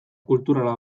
kulturala